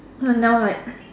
n~ now like